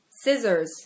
Scissors